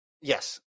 Yes